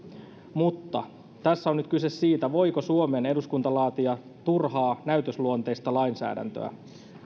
mutta tässä on nyt kyse siitä voiko suomen eduskunta laatia turhaa näytösluonteista lainsäädäntöä